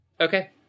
Okay